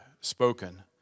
spoken